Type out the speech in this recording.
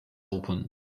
open